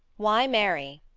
why marry?